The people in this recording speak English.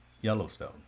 Yellowstone